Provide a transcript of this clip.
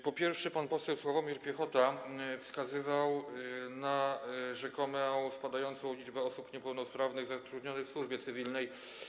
Po pierwsze, pan poseł Sławomir Piechota wskazywał na rzekomo spadającą liczbę osób niepełnosprawnych zatrudnionych w służbie cywilnej.